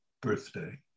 birthday